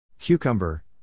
Cucumber